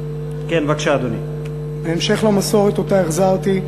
בהמשך למסורת שהחזרתי,